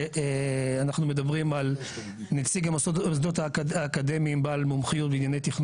אנחנו מדברים על נציג המוסדות האקדמיים בעל מומחיות בענייני תכנון